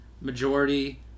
majority